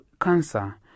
cancer